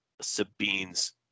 Sabine's